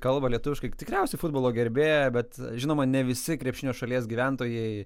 kalba lietuviškai tikriausiai futbolo gerbėja bet žinoma ne visi krepšinio šalies gyventojai